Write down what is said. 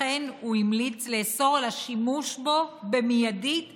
לכן הוא המליץ לאסור מייד את השימוש בו החל